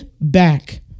back